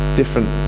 different